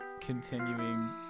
continuing